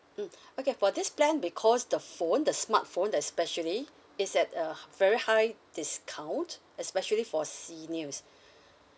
mm okay for this plan because the phone the smartphone especially is at h~ a very high discount especially for seniors